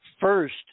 first